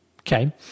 Okay